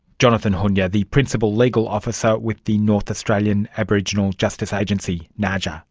jonathon hunyor, the principal legal officer with the north australian aboriginal justice agency, naaja